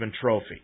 Trophy